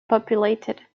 populated